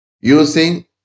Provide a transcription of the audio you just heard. using